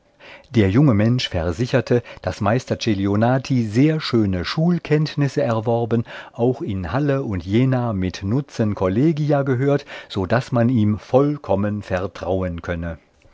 der junge mensch versicherte daß meister celionati sehr schöne schulkenntnisse erworben auch in halle und jena mit nutzen kollegia gehört so daß man ihm vollkommen vertrauen könne